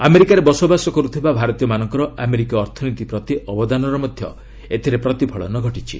ଆମେରିକାରେ ବସବାସ କର୍ଥିବା ଭାରତୀୟମାନଙ୍କର ଆମେରିକୀୟ ଅର୍ଥନୀତି ପ୍ରତି ଅବଦାନର ମଧ୍ୟ ଏଥିରେ ପ୍ରତିଫଳନ ଘଟିଛି